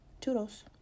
toodles